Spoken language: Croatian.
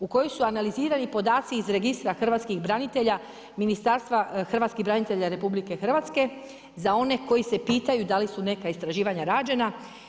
U kojoj su analizirali podaci iz registra hrvatskih branitelja, Ministarstva hrvatskih branitelja RH za one koje su pitaju da li su neka istraživanja rađena.